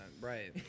right